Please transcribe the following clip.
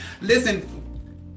Listen